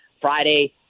Friday